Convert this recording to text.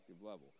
level